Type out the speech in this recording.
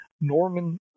Norman